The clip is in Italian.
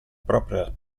propria